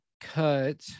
cut